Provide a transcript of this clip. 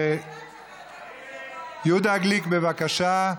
יהודה גליק, בבקשה.